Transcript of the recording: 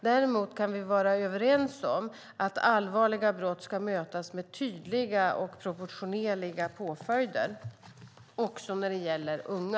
Däremot kan vi vara överens om att allvarliga brott ska mötas med tydliga och proportionerliga påföljder också när det gäller unga.